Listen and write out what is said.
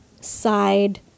side